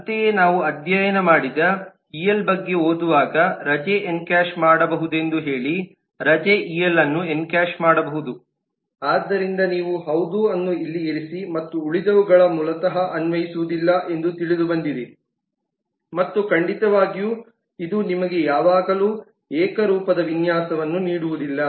ಅಂತೆಯೇ ನಾವು ಅಧ್ಯಯನ ಮಾಡಿದ ಇಎಲ್ ಬಗ್ಗೆ ಓದುವಾಗ ರಜೆ ಎನ್ಕ್ಯಾಶ್ ಮಾಡಬಹುದೆಂದು ಹೇಳಿ ರಜೆ ಇಎಲ್ ಅನ್ನು ಎನ್ಕ್ಯಾಶ್ ಮಾಡಬಹುದು ಆದ್ದರಿಂದ ನೀವು ಹೌದು ಅನ್ನು ಇಲ್ಲಿ ಇರಿಸಿ ಮತ್ತು ಉಳಿದವುಗಳು ಮೂಲತಃ ಅನ್ವಯಿಸುವುದಿಲ್ಲ ಎಂದು ತಿಳಿದುಬಂದಿದೆ ಮತ್ತು ಖಂಡಿತವಾಗಿಯೂ ಇದು ನಿಮಗೆ ಯಾವಾಗಲೂ ಏಕರೂಪದ ವಿನ್ಯಾಸವನ್ನು ನೀಡುವುದಿಲ್ಲ